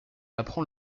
apprend